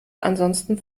ansonsten